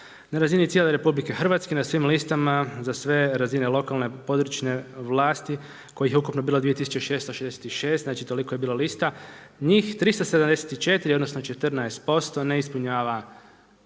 Na razini cijele RH, na svim listama, za sve razine lokalne, područne vlasti kojih je ukupno bilo 2666, znači toliko je bilo lista, njih 374 odnosno 14% ne ispunjava